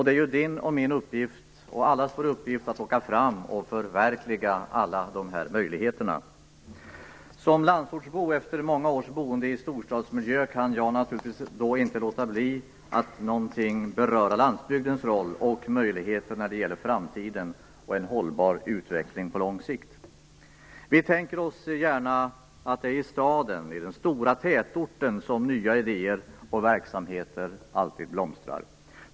Det är allas vår uppgift att locka fram och förverkliga alla dessa möjligheter. Som landsortsbo med många års boende i storstadsmiljö kan jag naturligtvis inte låta bli att någonting beröra landsbygdens roll och möjligheter för framtiden och för en hållbar utveckling på lång sikt. Vi tänker oss gärna att det alltid är i staden, i den stora tätorten, som nya idéer och verksamheter blomstrar.